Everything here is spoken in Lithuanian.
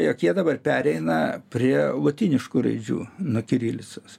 jog jie dabar pereina prie lotyniškų raidžių nuo kirilicos